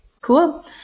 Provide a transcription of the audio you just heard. Cool